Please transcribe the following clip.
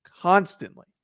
constantly